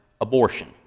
abortion